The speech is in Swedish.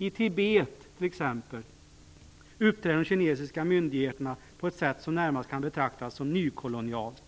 I Tibet, t.ex., uppträder de kinesiska myndigheterna på ett sätt som närmast kan betraktas som nykolonialt.